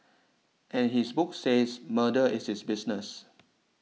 as his book says murder is his business